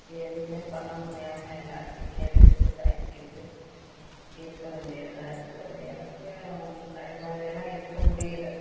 எதுவுமே பண்ண முடியாமல் எல்லாத்தையும் கேட்டுக்கிட்டு சகிச்சுக்கிட்டு இருக்கவேண்டியதாக இருக்குது எனக்கும் முன்னாடி மாதிரியெல்லாம் இருக்க முடியலை